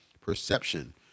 perception